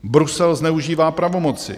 Brusel zneužívá pravomoci.